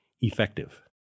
effective